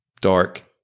dark